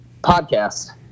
podcast